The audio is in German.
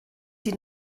die